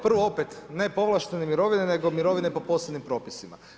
Prvo, opet, nepovlaštene mirovine, nego mirovine po posebnim propisima.